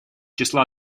числа